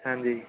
ਹਾਂਜੀ